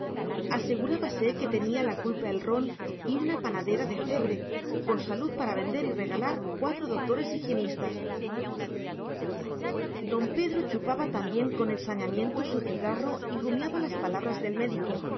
ejemplo asegurábase que tenía la culpa el ron y una panadera de cebre con salud para vender y regalar cuatro doctores higienistas don pedro chupaba también con ensañamiento su cigarro y rumiaba las palabras del médico